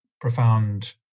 Profound